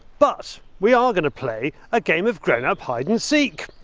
but we are going to play a game of grown up hide and seek.